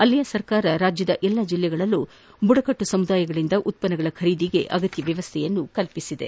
ಅಲ್ಲಿಯ ಸರ್ಕಾರ ರಾಜ್ಯದ ಎಲ್ಲಾ ಜಿಲ್ಲೆಗಳಲ್ಲು ಬುಡಕಟ್ಟು ಸಮುದಾಯಗಳಿಂದ ಉತ್ಪನ್ನಗಳ ಖರೀದಿಗೆ ಅಗತ್ಯ ವ್ಯವಸ್ಥೆ ಕಲ್ವಿಸಿದೆ